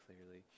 clearly